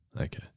Okay